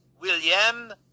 William